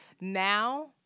now